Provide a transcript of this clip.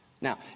Now